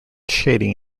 shading